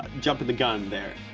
jumpin' the gun, there.